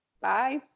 Bye